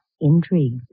intrigue